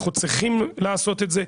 אנחנו צריכים לעשות את זה,